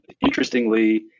interestingly